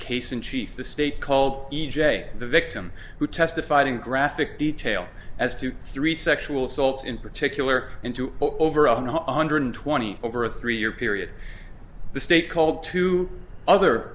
case in chief the state called e j the victim who testified in graphic detail as to three sexual assaults in particular into over one hundred twenty over a three year period the state called two